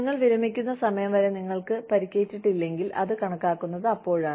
നിങ്ങൾ വിരമിക്കുന്ന സമയം വരെ നിങ്ങൾക്ക് പരിക്കേറ്റിട്ടില്ലെങ്കിൽ അത് കണക്കാക്കുന്നത് അപ്പോഴാണ്